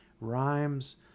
rhymes